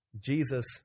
Jesus